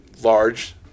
large